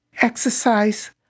exercise